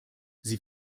sie